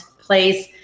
place